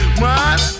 man